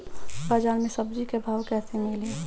बाजार मे सब्जी क भाव कैसे मिली?